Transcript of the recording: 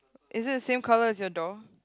is it same colour as your door